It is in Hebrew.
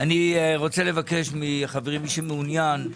אני מבקש מהחברים, מי שמעוניין,